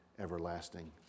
everlasting